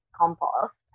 compost